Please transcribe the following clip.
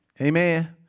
Amen